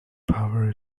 power